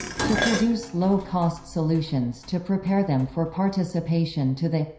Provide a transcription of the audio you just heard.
to produce low-cost solutions to prepare them for participation to the